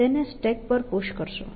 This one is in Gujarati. તેને સ્ટેક પર પુશ કરશો